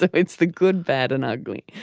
it's the good bad and ugly.